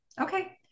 okay